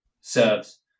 serves